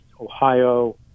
ohio